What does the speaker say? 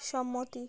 সম্মতি